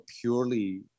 purely